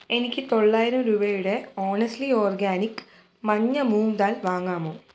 എനിക്ക് തൊള്ളായിരം രൂപയുടെ ഹോണസ്റ്റ്ലി ഓർഗാനിക് മഞ്ഞ മൂംഗ് ദാൽ വാങ്ങാമോ